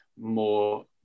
more